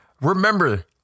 Remember